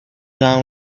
long